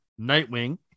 Nightwing